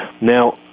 Now